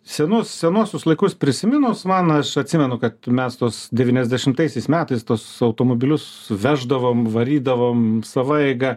senus senuosius laikus prisiminus man aš atsimenu kad mes tuos devyniasdešimtaisiais metais tuos automobilius veždavom varydavom sava eiga